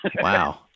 Wow